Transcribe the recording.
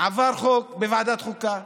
עבר חוק בוועדת חוקה פה